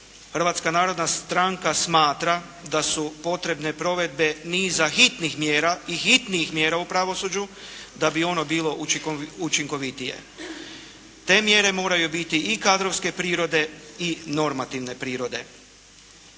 Hrvatska narodna stranka smatra da su potrebne provedbe niza hitnih mjera i hitnijih mjera u pravosuđu da bi ono bilo učinkovitije. Te mjere moraju biti i kadrovske prirode i normativne prirode.